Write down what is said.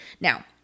Now